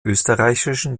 österreichischen